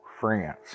France